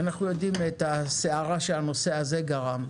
אנחנו יודעים את הסערה שהנושא הזה גרם,